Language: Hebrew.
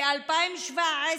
ב-2017,